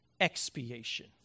expiation